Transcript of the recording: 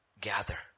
gather